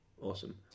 Awesome